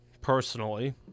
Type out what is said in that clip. personally